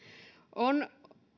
on